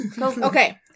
Okay